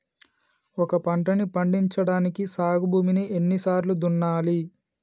ఒక పంటని పండించడానికి సాగు భూమిని ఎన్ని సార్లు దున్నాలి?